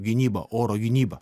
gynybą oro gynybą